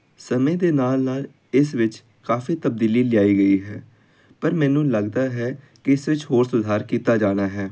ਸਮੇਂ ਦੇ ਨਾਲ ਨਾਲ ਇਸ ਵਿੱਚ ਕਾਫੀ ਤਬਦੀਲੀ ਲਿਆਈ ਗਈ ਹੈ ਪਰ ਮੈਨੂੰ ਲੱਗਦਾ ਹੈ ਕਿ ਇਸ ਵਿੱਚ ਹੋਰ ਸੁਧਾਰ ਕੀਤਾ ਜਾਣਾ ਹੈ